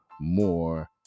more